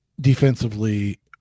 defensively